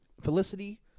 Felicity